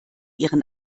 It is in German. ihren